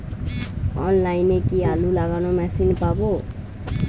অনলাইনে কি আলু লাগানো মেশিন পাব?